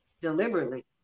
deliberately